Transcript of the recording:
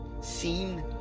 seen